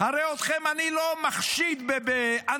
הרי אתכם אני לא מחשיד כאנטי-ציונים.